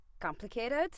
complicated